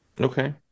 Okay